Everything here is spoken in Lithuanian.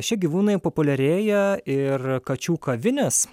šie gyvūnai populiarėja ir kačių kavinės